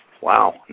Wow